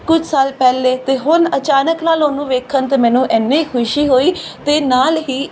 ਕੁਝ ਸਾਲ ਪਹਿਲੇ ਤੇ ਹੁਣ ਅਚਾਨਕ ਨਾਲ ਉਹਨੂੰ ਵੇਖਣ ਤੇ ਮੈਨੂੰ ਇਨੀ ਖੁਸ਼ੀ ਹੋਈ ਤੇ ਨਾਲ ਹੀ